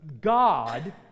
God